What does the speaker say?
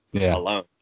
alone